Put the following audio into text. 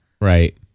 right